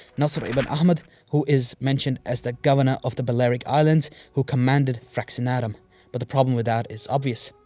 nasr ibn ahmad who is mentioned as the governor of the balearic islands who commanded fraxinetum but the problem with that is obvious.